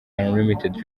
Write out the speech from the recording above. unlimited